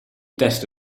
testo